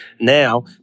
now